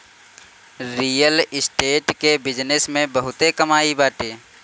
real estate के business में बहुते कमाई बाटे